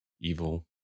evil